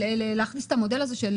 להכניס את המודל הזה של